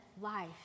life